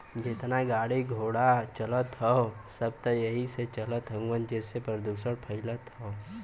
जेतना गाड़ी घोड़ा चलत हौ सब त एही से चलत हउवे जेसे प्रदुषण फइलत हौ